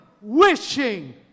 wishing